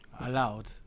allowed